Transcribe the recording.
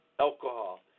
alcohol